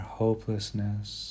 hopelessness